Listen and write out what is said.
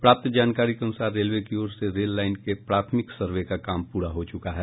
प्राप्त जानकारी के अनुसार रेलवे की ओर से रेल लाईन के प्राथमिक सर्वे का काम पूरा हो चुका है